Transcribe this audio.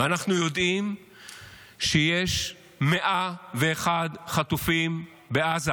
ואנחנו יודעים שיש 101 חטופים בעזה